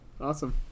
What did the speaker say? awesome